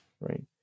right